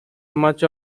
much